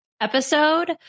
episode